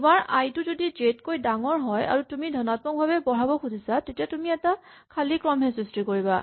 তোমাৰ আই টো যদি জে তকৈ ডাঙৰ হয় আৰু তুমি ধণাত্মক ভাৱে বঢ়াব খোজা তেতিয়া তুমি এটা খালী ক্ৰমহে সৃষ্টি কৰিবা